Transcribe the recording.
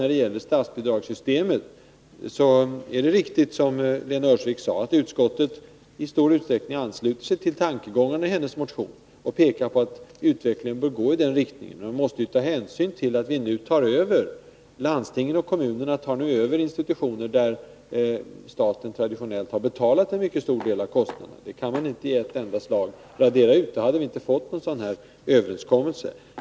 När det gäller statsbidragssystemet är det riktigt som Lena Öhrsvik sade, att utskottet i stor utsträckning ansluter sig till tankegångarna i hennes motion och pekar på att utvecklingen bör gå i den riktningen. Man måste ta hänsyn till att landstingen och kommunerna nu tar över institutioner, där staten traditionellt har betalat en mycket stor del av kostnaderna. Det kan man inte i ett enda slag radera ut. Då hade vi inte fått någon överenskommelse.